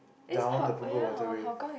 down the Punggol-Waterway